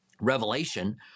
Revelation